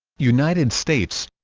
united states